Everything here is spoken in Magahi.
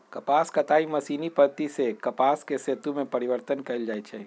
कपास कताई मशीनी पद्धति सेए कपास के सुत में परिवर्तन कएल जाइ छइ